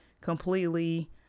completely